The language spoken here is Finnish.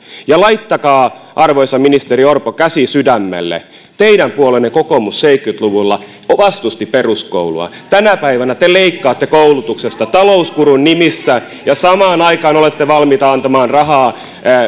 ja laittakaa arvoisa ministeri orpo käsi sydämelle teidän puolueenne kokoomus seitsemänkymmentä luvulla vastusti peruskoulua ja tänä päivänä te leikkaatte koulutuksesta talouskurin nimissä ja samaan aikaan olette valmiita antamaan rahaa